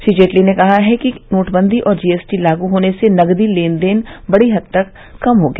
श्री जेटली ने कहा कि नोटबंदी और जीएसटी लागू होने से नगदी लेन देन बड़ी हद तक कम हो गया